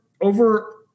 over